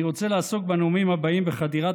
אני רוצה לעסוק בנאומים הבאים בחדירת